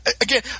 again